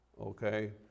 Okay